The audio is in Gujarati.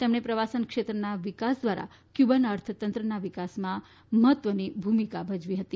તેમણે પ્રવાસન ક્ષેત્રના વિકાસ દ્વારા ક્યુબના અર્થતંત્રના વિકાસમાં મહત્વની ભૂમિકા ભજવી હતી